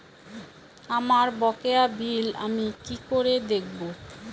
আমার বকেয়া বিল আমি কি করে দেখব?